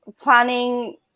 planning